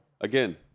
again